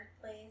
place